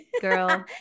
girl